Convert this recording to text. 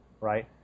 right